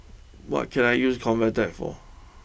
what can I use ConvaTec for